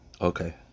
Okay